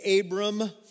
Abram